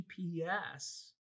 GPS